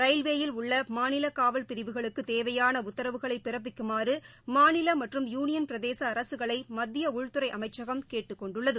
ரயில்வேயில் உள்ளமாநிலகாவல் பிரிவுகளுக்குதேவையானஉத்தரவுகளைபிறப்பிக்குமாறுமாநிலமற்றும் யூனியன் பிரதேசஅரசுகளைமத்தியஉள்துறைஅமைச்சகம் கேட்டுக்கொண்டுள்ளது